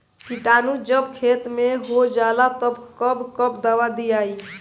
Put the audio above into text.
किटानु जब खेत मे होजाला तब कब कब दावा दिया?